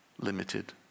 limited